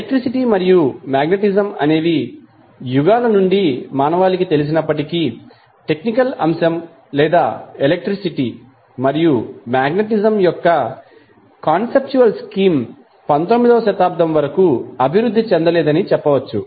electricity మరియు magnetism అనేవి యుగాల నుండి మానవాళికి తెలిసినప్పటికీ టెక్నికల్ అంశం లేదా ఎలక్ట్రిసిటీ మరియు మాగ్నెటిజం యొక్క కాన్సెప్చువల్ స్కీం 19 వ శతాబ్దం వరకు అభివృద్ధి చెందలేదని చెప్పవచ్చు